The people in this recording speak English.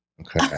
Okay